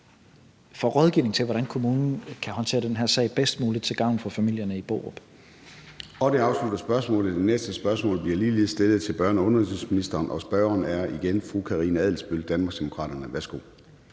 få rådgivning om, hvordan kommunen kan håndtere den her sag bedst muligt til gavn for familierne i Borup. Kl. 14:03 Formanden (Søren Gade): Det afslutter spørgsmålet. Det næste spørgsmål bliver ligeledes stillet til børne- og undervisningsministeren, og spørgeren er igen fru Karina Adsbøl, Danmarksdemokraterne. Kl.